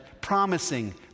promising